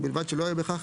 ובלבד שלא יהיה בכך